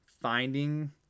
finding